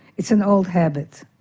it's an old habit,